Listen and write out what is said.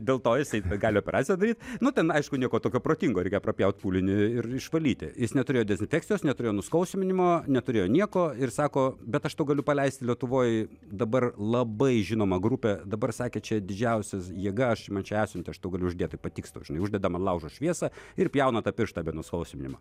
dėl to jisai gali operaciją daryt nu ten aišku nieko tokio protingo reikia prapjaut pūlinį ir išvalyti jis neturėjo dezinfekcijos neturėjo nuskausminimo neturėjo nieko ir sako bet aš tau galiu paleisti lietuvoj dabar labai žinomą grupę dabar sakė čia didžiausia jėga man čia atsiuntė aš tau galiu uždėt tai patiks tau žinai uždedama man laužo šviesą ir pjauna tą pirštą be nuskausminimo